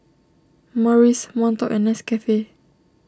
Morries Monto and Nescafe